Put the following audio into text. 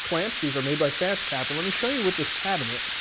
clamps, these are made by fastcap. and let me show you with this cabinet,